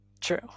True